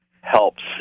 helps